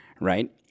right